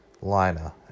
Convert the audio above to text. liner